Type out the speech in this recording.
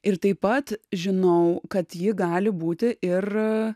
ir taip pat žinau kad ji gali būti ir